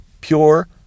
Pure